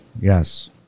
yes